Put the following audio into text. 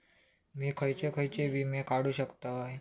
मी खयचे खयचे विमे काढू शकतय?